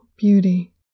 beauty